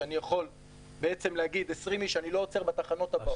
שאני יכול להגיד 20 איש ואני לא עוצר בתחנות הבאות.